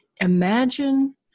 Imagine